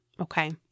Okay